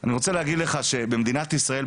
אני רוצה להגיד לך שבמדינת ישראל,